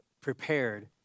prepared